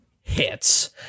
hits